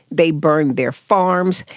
they burned their farms,